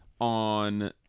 on